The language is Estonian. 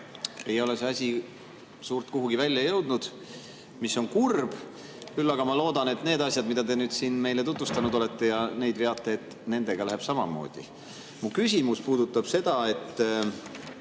ei ole see asi suurt kuhugi välja jõudnud, mis on kurb. Küll aga ma loodan, et nende asjadega, mida te nüüd siin meile tutvustanud olete ja mida te veate, läheb samamoodi. Mu küsimus puudutab seda, et